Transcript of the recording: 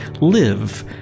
live